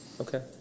Okay